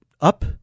up